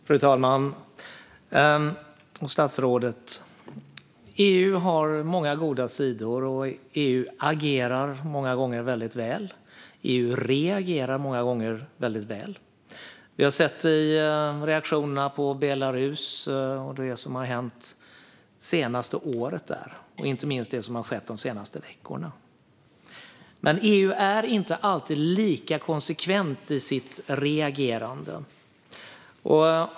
Fru talman och statsrådet! EU har många goda sidor. EU agerar många gånger väldigt väl. EU reagerar många gånger väldigt väl. Vi har sett det i reaktionerna på det som har hänt det senaste året i Belarus och inte minst det som har skett de senaste veckorna. Men EU är inte alltid lika konsekvent i sitt reagerande.